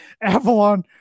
Avalon